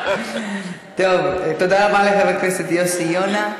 תודה רבה לחבר הכנסת יוסי יונה.